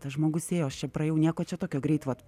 tas žmogus ėjo aš čia praėjau nieko čia tokio greit vat